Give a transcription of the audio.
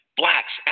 blacks